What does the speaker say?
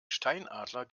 steinadler